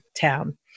town